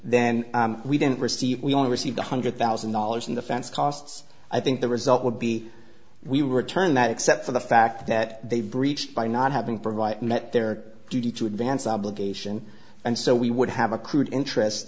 then we didn't receive we only received one hundred thousand dollars in the fence costs i think the result would be we return that except for the fact that they breached by not having provide met their duty to advance obligation and so we would have accrued interest